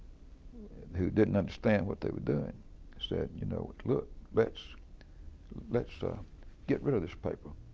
who didn't understand what they were doing said, you know, look, let's let's ah get rid of this paper.